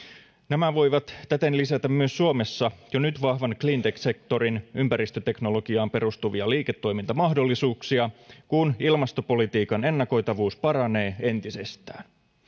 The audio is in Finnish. nämä voivat täten myös lisätä suomessa jo nyt vahvan cleantech sektorin ympäristöteknologiaan perustuvia liiketoimintamahdollisuuksia kun ilmastopolitiikan ennakoitavuus paranee entisestään